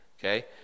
okay